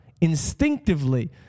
instinctively